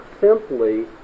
simply